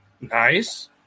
Nice